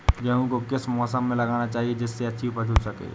गेहूँ को किस मौसम में लगाना चाहिए जिससे अच्छी उपज हो सके?